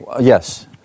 Yes